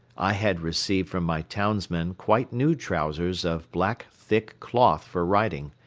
i had received from my townsmen quite new trousers of black thick cloth for riding.